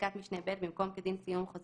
תיקון חוק